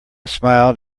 smiled